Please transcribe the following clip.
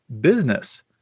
business